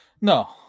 No